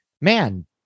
man